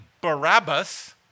Barabbas